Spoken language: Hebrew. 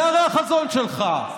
זה הרי החזון שלך.